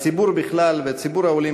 לציבור בכלל, ולציבור העולים